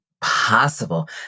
possible